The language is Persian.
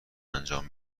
انجام